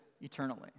eternally